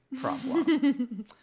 problem